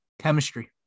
Chemistry